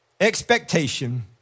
expectation